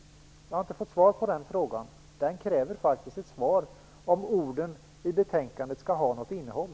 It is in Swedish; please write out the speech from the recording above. Jag har inte fått svar på den frågan. Den kräver faktiskt ett svar, om orden i betänkandet skall ha något innehåll.